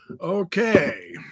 Okay